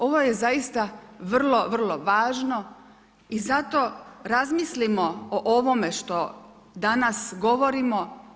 Ovo je zaista vrlo, vrlo važno i zato razmislimo o ovome što danas govorimo.